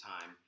time